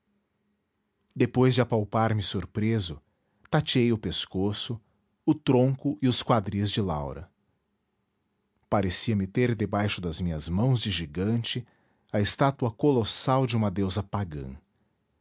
depois de apalpar me surpreso tateei o pescoço o tronco e os quadris de laura parecia-me ter debaixo das minhas mãos de gigante a estátua colossal de uma deusa pagã